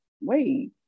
wait